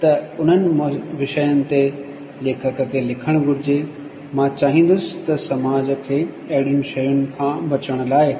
त उन्हनि मौज विषयनि ते लेखक खे लिखणु घुरिजे मां चाहींदुसि त समाज खे अहिड़ियूं शयुनि खां बचण लाइ